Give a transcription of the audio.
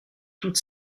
toute